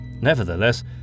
Nevertheless